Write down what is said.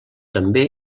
també